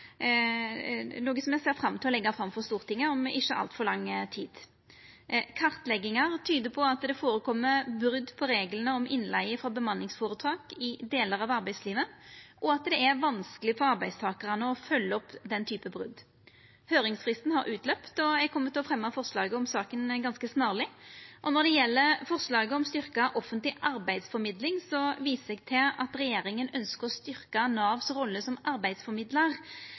me ser fram til å leggja fram for Stortinget om ikkje altfor lang tid. Kartleggingar tyder på at det skjer brot på reglane om innleige for bemanningsføretak i delar av arbeidslivet, og at det er vanskeleg for arbeidstakarane å følgja opp den typen brot. Høyringsfristen er gått ut, og eg kjem til å fremja forslaget om saka ganske snarleg. Når det gjeld forslaget om styrkt offentleg arbeidsformidling, viser eg til at regjeringa ønskjer å styrkja Nav si rolle som arbeidsformidlar.